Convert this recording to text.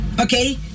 Okay